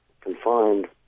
confined